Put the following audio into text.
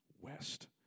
west